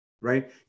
right